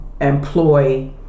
employ